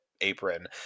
apron